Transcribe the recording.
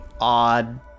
odd